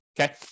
Okay